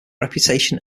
reputation